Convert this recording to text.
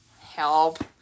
Help